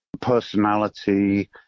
personality